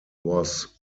was